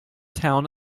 town